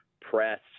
press